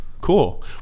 Cool